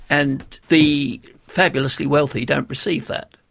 and the fabulously wealthy don't receive that.